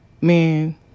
man